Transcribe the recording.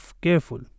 careful